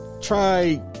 try